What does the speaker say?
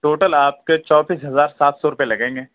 total آپ کے چونتیس ہزار سات سو روپے لگیں گے